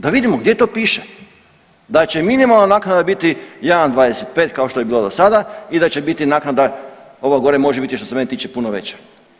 Da vidimo gdje to piše da će minimalna naknada biti 1,25 kao što je bilo do sada i da će biti naknada ova gore može biti što se mene tiče puno veća.